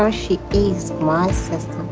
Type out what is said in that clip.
ah she is my sister,